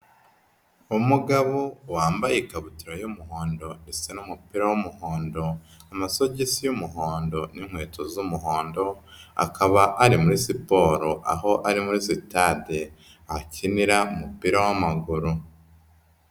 Umugabo wambaye ikabutura y'umuhondo isa n'umupira w'umuhondo, amasogisi y'umuhondo n'inkweto z'umuhondo; akaba ari muri siporo aho ari muri sitade akinira umupira w'amaguru.